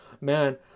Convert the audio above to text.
man